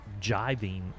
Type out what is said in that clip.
jiving